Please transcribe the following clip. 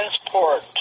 transport